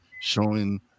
showing